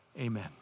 amen